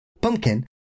Pumpkin